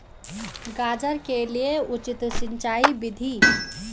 गाजर के लिए उचित सिंचाई विधि?